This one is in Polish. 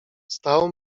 stał